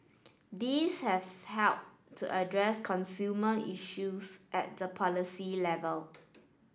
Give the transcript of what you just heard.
these have helped to address consumer issues at the policy level